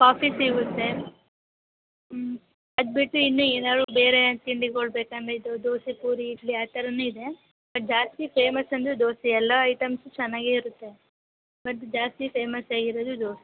coffee ಸಿಗುತ್ತೆ ಹ್ಞೂ ಅದ್ಬಿಟ್ಟು ಇನ್ನೂ ಏನಾದ್ರು ಬೇರೆ ತಿಂಡಿಗಳ್ ಬೇಕಂದರೆ ಇದು ದೋಸೆ ಪೂರಿ ಇಡ್ಲಿ ಆ ಥರನೂ ಇದೆ ಬಟ್ ಜಾಸ್ತಿ ಫೇಮಸ್ ಅಂದರೆ ದೋಸೆ ಎಲ್ಲ ಐಟಮ್ಸೂ ಚೆನ್ನಾಗೆ ಇರುತ್ತೆ ಬಟ್ ಜಾಸ್ತಿ ಫೇಮಸ್ ಆಗಿರೋದು ದೋಸೆ